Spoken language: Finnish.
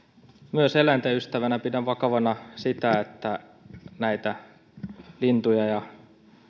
eläinten ystävänä pidän vakavana myös sitä että lintuja ja